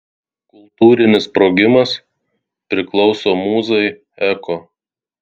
kultūrinis sprogimas priklauso mūzai eko